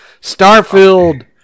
Starfield